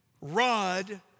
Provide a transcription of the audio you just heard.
rod